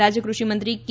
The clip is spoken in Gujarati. રાજ્ય કૃષિ મંત્રી કે